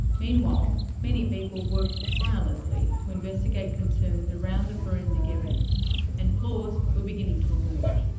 meanwhile, many people worked tirelessly to investigate concerns around the forensic evidence and flaws were beginning to emerge.